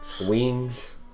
wings